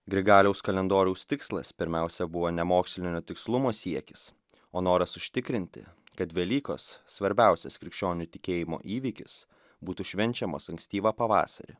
grigaliaus kalendoriaus tikslas pirmiausia buvo ne mokslinio tikslumo siekis o noras užtikrinti kad velykos svarbiausias krikščionių tikėjimo įvykis būtų švenčiamos ankstyvą pavasarį